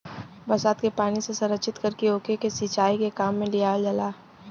बरसात के पानी से संरक्षित करके ओके के सिंचाई के काम में लियावल जाला